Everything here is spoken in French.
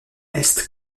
est